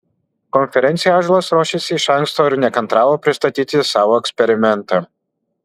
konferencijai ąžuolas ruošėsi iš anksto ir nekantravo pristatyti savo eksperimentą